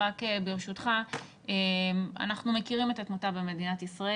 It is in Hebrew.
אנחנו מכירים את התמונה במדינת ישראל.